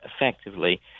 effectively